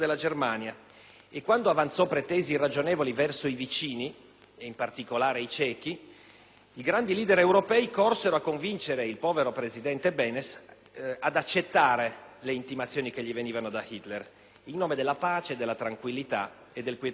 e quando avanzò pretese irragionevoli verso i vicini, in particolare i cechi, i grandi *leader* europei corsero a convincere il povero presidente Benes ad accettare le intimazioni che gli venivano da Hitler, in nome della pace, della tranquillità e del quieto vivere.